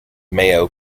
mayo